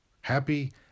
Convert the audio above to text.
Happy